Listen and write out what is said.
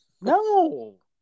No